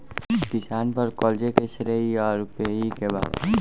किसान पर क़र्ज़े के श्रेइ आउर पेई के बा?